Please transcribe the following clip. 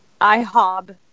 IHOB